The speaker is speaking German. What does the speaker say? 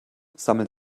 sammeln